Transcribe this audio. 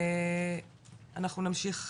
אנחנו נמשיך,